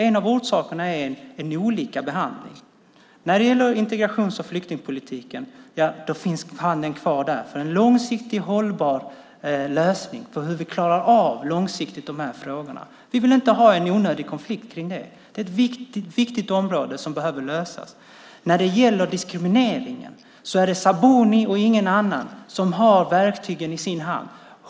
En av orsakerna är olika behandling. När det gäller integrations och flyktingpolitiken finns handen kvar för en långsiktigt hållbar lösning så att vi klarar av de här frågorna på lång sikt. Vi vill inte ha en onödig konflikt om det. Det är ett viktigt område som behöver en lösning. När det gäller diskrimineringen är det Sabuni och ingen annan som har verktygen i sin hand.